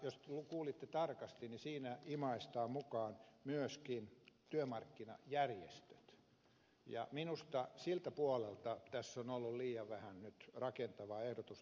jos kuulitte tarkasti niin siinä imaistaan mukaan myöskin työmarkkinajärjestöt ja minusta siltä puolelta tässä on ollut liian vähän nyt rakentavaa ehdotusta ja kantaa